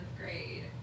grade